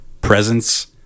presence